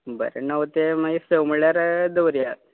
बरें णव ते मागीर स म्हणल्यार दवरया